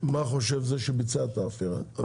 מה חושב זה שביצע את העבירה.